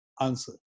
answer